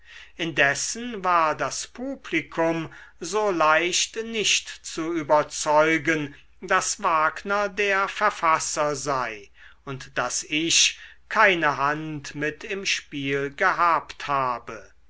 indessen war das publikum so leicht nicht zu überzeugen daß wagner der verfasser sei und daß ich keine hand mit im spiel gehabt habe